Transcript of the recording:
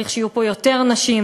צריך שיהיו כאן יותר נשים,